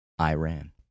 Iran